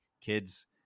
kids